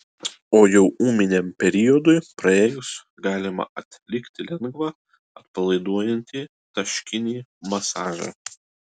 o jau ūminiam periodui praėjus galima atlikti lengvą atpalaiduojantį taškinį masažą